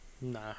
Nah